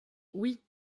oui